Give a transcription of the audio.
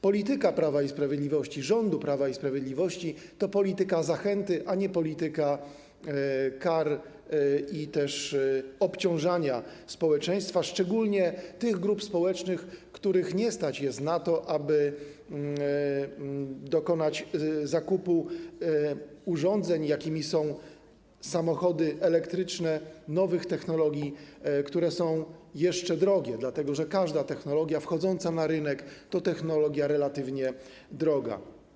Polityka Prawa i Sprawiedliwości, rządu Prawa i Sprawiedliwości to polityka zachęty, a nie polityka kar i obciążania społeczeństwa, szczególnie tych grup społecznych, których nie stać na to, aby dokonać zakupu urządzeń, jakimi są samochody elektryczne nowych technologii, które są jeszcze drogie, dlatego że każda technologia wchodząca na rynek to technologia relatywnie droga.